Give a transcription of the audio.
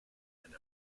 and